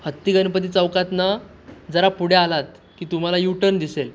हत्ती गणपती चौकातनं जरा पुढे आलात की तुम्हाला यूटन दिसेल